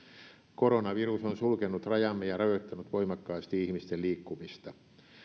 koronavirus on sulkenut rajamme ja rajoittanut voimakkaasti ihmisten liikkumista